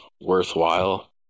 worthwhile